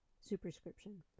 superscription